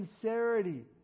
sincerity